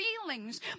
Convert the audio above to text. feelings